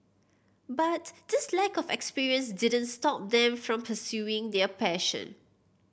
but this lack of experience didn't stop them from pursuing their passion